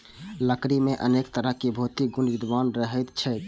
लकड़ी मे अनेक तरहक भौतिक गुण विद्यमान रहैत छैक